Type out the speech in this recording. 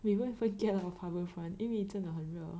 we won't even get out of Harbourfront 因为真的很热